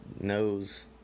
knows